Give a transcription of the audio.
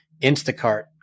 Instacart